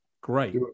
great